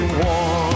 warm